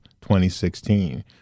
2016